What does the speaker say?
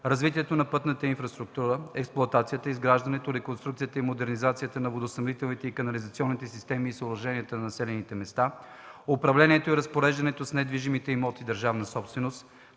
развитието на пътната инфраструктура, експлоатацията, изграждането, реконструкцията и модернизацията на водоснабдителните и канализационните системи и съоръжения на населените места; – управлението и разпореждането с недвижимите имоти - държавна собственост;